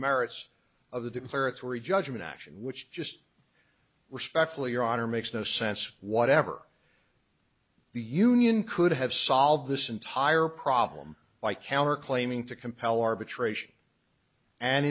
merits of the declaratory judgment action which just respectfully your honor makes no sense whatever the union could have solved this entire problem by counter claiming to compel arbitration and